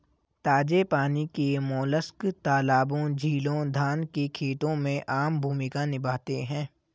ताजे पानी के मोलस्क तालाबों, झीलों, धान के खेतों में आम भूमिका निभाते हैं